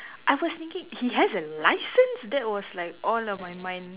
I was thinking he has a licence that was like all of my mind